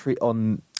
on